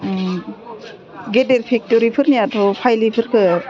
गेदेर फेक्ट'रिफोरनियाथ' फाइलिफोरखौ